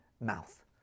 mouth